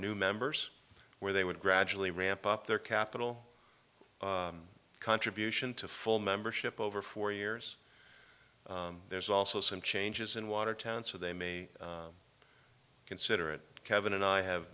new members where they would gradually ramp up their capital contribution to full membership over four years there's also some changes in watertown so they may consider it kevin and i have